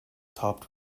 topped